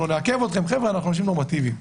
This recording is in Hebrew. חבר'ה, אנחנו אנשים נורמטיביים.